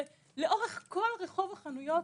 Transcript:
זה לאורך כל רחוב החנויות